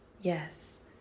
yes